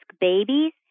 babies